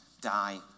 die